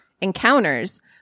encounters